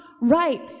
right